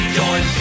join